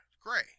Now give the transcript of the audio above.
gray